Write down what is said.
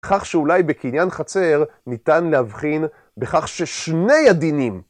כך שאולי בקניין חצר ניתן להבחין בכך ששני הדינים.